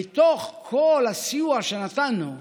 בתוך כל הסיוע שנתנו,